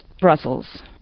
Brussels